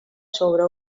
sobre